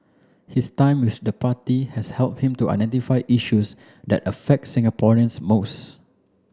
his time with the party has help him to identify issues that affect Singaporeans most